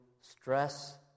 stress